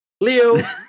Leo